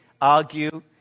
argue